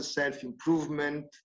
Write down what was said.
self-improvement